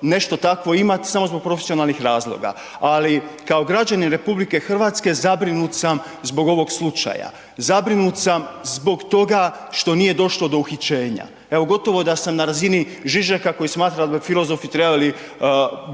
nešto takvo imati samo zbog profesionalnih razloga, ali kao građanin RH zabrinut sam zbog ovog slučaja. Zabrinut sam zbog toga što nije došlo do uhićenja, evo, gotovo da sam na razini Žižeka koji smatra da bi filozofi trebali